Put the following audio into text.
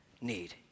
need